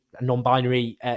non-binary